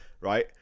Right